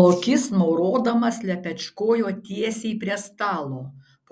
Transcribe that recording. lokys maurodamas lepečkojo tiesiai prie stalo